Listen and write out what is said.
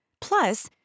Plus